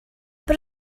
but